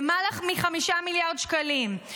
למעלה מ-5 מיליארד שקלים.